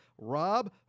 Rob